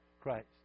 Christ